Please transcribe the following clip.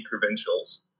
provincials